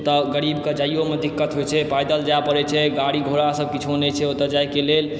ओतऽ गरीबके जाइयोमे दिक्कत होइ छै पैदल जाए परै छै गाड़ी घोड़ा सब किछो नहि छै ओतऽ जाइके लेल